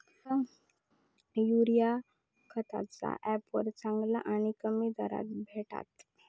माका युरिया खयच्या ऍपवर चांगला आणि कमी दरात भेटात?